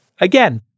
Again